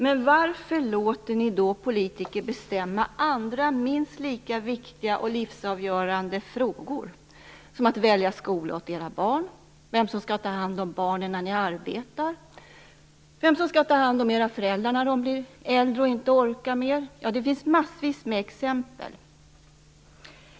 Men varför låter ni då politiker bestämma andra minst lika viktiga och livsavgörande frågor? Ni låter dem välja skola åt era barn, bestämma vem som skall ta hand om barnen när ni arbetar, vem som skall ta hand om era föräldrar när de blir äldre och inte orkar mer - ja, det finns en mängd exempel.